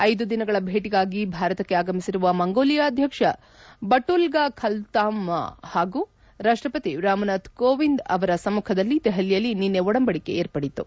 ಐದು ದಿನಗಳ ಭೇಟಿಗಾಗಿ ಭಾರತಕ್ಕೆ ಆಗಮಿಸಿರುವ ಮಂಗೋಲಿಯಾ ಅಧ್ಯಕ್ಷ ಬಟುಲ್ಗಾ ಖಿಲ್ತ್ಮಾ ಹಾಗೂ ರಾಷ್ಟಪತಿ ರಾಮನಾಥ್ ಕೋವಿಂದ್ ಅವರ ಸಮ್ಖಖದಲ್ಲಿ ದೆಹಲಿಯಲ್ಲಿ ನಿನ್ನೆ ಒಡಂಬಡಿಕೆ ಏರ್ಪಟ್ಟತು